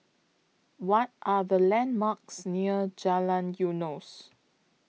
What Are The landmarks near Jalan Eunos